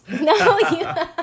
No